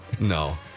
No